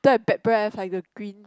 don't have bad breath like the green